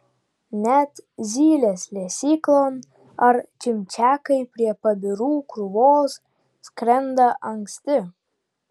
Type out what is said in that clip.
net zylės lesyklon ar čimčiakai prie pabirų krūvos skrenda anksti